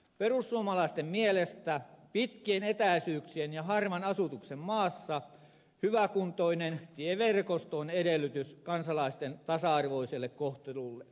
perussuomalaisten mielestä pitkien etäisyyksien ja harvan asutuksen maassa hyväkuntoinen tieverkosto on edellytys kansalaisten tasa arvoiselle kohtelulle